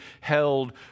held